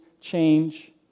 change